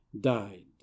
died